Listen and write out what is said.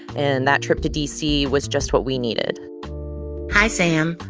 and that trip to d c. was just what we needed hi, sam.